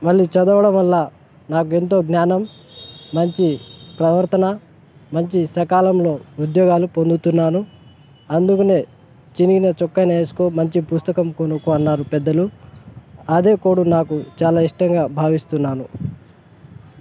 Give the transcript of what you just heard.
మళ్ళీ చదవడం వల్ల నాకు ఎంతో జ్ఞానం మంచి ప్రవర్తన మంచి సకాలంలో ఉద్యోగాలు పొందుతున్నాను అందుకని చినిగిన చొక్కాను వేసుకో మంచి పుస్తకం కొనుక్కొ అన్నారు పెద్దలు అదే కోడు నాకు చాలా ఇష్టంగా భావిస్తున్నాను